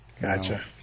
Gotcha